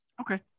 Okay